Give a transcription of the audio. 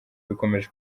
bikomeje